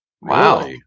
Wow